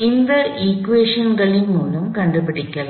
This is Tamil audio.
சமன்பாடுகளின் மூலம் கண்டுபிடிக்கலாம்